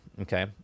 okay